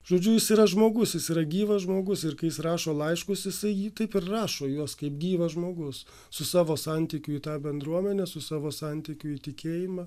žodžiu jis yra žmogus yra gyvas žmogus ir kai jis rašo laiškus jisai jį kaip ir rašo juos kaip gyvas žmogus su savo santykių tą bendruomenę su savo santykių tikėjimą